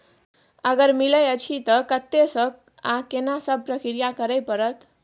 अगर मिलय अछि त कत्ते स आ केना सब प्रक्रिया करय परत?